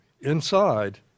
inside